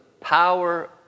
power